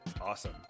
Awesome